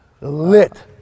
lit